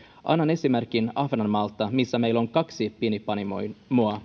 annan esimerkin ahvenanmaalta missä meillä on kaksi pienpanimoa